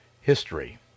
history